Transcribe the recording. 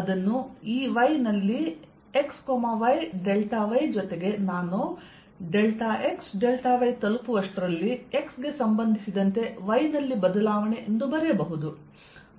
ಅದನ್ನು Ey ನಲ್ಲಿ xy∆y ಜೊತೆಗೆ ನಾನು ∆x∆y ತಲುಪುವಷ್ಟರಲ್ಲಿ x ಗೆ ಸಂಬಂಧಿಸಿದಂತೆ y ನಲ್ಲಿ ಬದಲಾವಣೆ ಎಂದು ಬರೆಯಬಹುದು